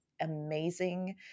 amazing